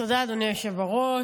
תודה, אדוני היושב בראש.